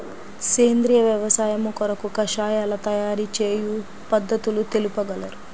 సేంద్రియ వ్యవసాయము కొరకు కషాయాల తయారు చేయు పద్ధతులు తెలుపగలరు?